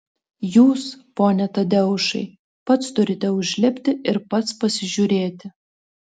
jūs pone tadeušai pats turite užlipti ir pats pasižiūrėti